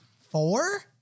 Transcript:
Four